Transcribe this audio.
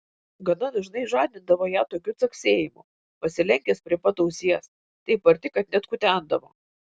gana dažnai žadindavo ją tokiu caksėjimu pasilenkęs prie pat ausies taip arti kad net kutendavo